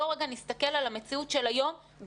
בואו רגע נסתכל על המציאות של היום בהיגיון.